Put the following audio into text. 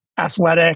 athletic